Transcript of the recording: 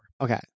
okay